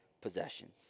possessions